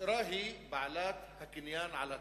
ונשארה היא בעלת הקניין על הקרקע.